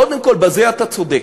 קודם כול, בזה אתה צודק.